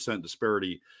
disparity